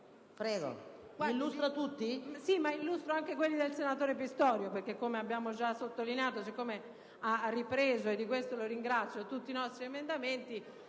Prego